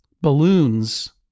balloons